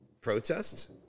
protests